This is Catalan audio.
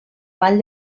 vall